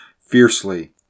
fiercely